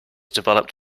developed